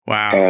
Wow